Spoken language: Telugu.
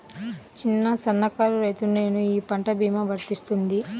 చిన్న సన్న కారు రైతును నేను ఈ పంట భీమా వర్తిస్తుంది?